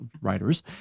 writers